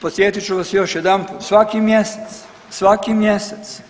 Podsjetit ću vas još jedanput svaki mjesec, svaki mjesec